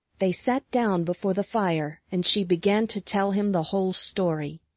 they sat down before the fire and she began to tell him the whole story.